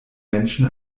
menschen